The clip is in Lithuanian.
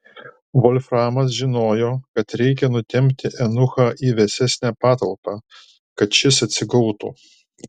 volframas žinojo kad reikia nutempti eunuchą į vėsesnę patalpą kad šis atsigautų